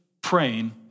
praying